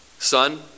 Son